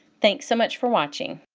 thanks so much for watching!